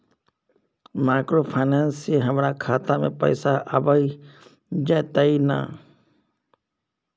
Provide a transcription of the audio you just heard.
Microfinance से हमारा खाता में पैसा आबय जेतै न?